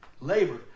Labor